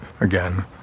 again